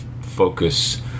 focus